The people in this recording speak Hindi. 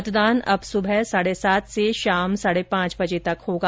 मतदान अब सुबह साढ़े सात से शाम साढ़े पांच बजे तक होगा